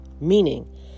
meaning